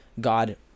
God